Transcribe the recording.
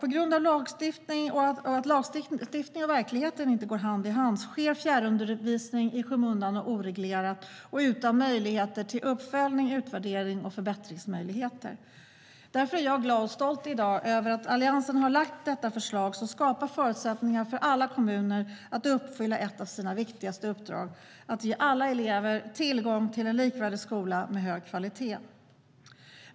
På grund av att lagstiftningen och verkligheten inte går hand i hand sker fjärrundervisningen i skymundan, oreglerat och utan möjligheter till uppföljning, utvärdering och förbättringar. Därför är jag i dag glad och stolt över att Alliansen har lagt fram detta förslag, som skapar förutsättningar för alla kommuner att uppfylla ett av sina viktigaste uppdrag: att ge alla elever tillgång till en likvärdig skola med hög kvalitet.